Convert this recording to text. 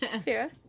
Sarah